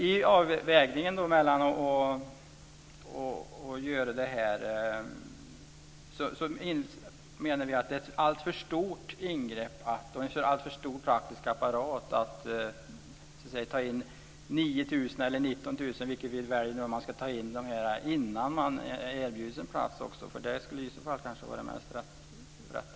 I avvägningen mellan det ena och det andra alternativet menar vi att det är en alltför stor praktisk apparat att ta in 9 000 eller 19 000 lämplighetsintyg - vilket vi nu väljer - innan man erbjuder en plats. Det skulle i så fall kanske vara det riktigaste.